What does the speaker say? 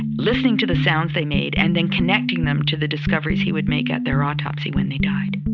listening to the sounds they made, and then connecting them to the discoveries he would make at their autopsy when they died